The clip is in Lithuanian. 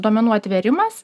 duomenų atvėrimas